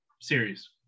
series